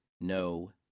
no